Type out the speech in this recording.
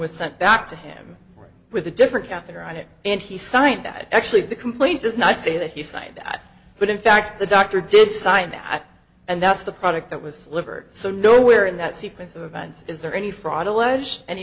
was sent back to him with a different catheter on it and he signed that actually the complaint does not say that he signed that but in fact the doctor did sign that and that's the product that was delivered so nowhere in that sequence of events is there any